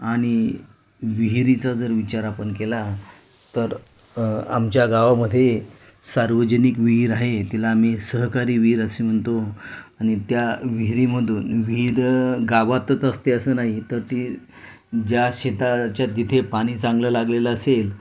आनि विहिरीचा जर विचार आपण केला तर आमच्या गावामध्ये सार्वजनिक विहीर आहे तिला आम्ही सहकारी विहीर असे म्हणतो आणि त्या विहिरीमधून विहीर गावातच असते असं नाही तर ती ज्या शेताच्या तिथे पाणी चांगलं लागलेलं असेल